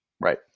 Right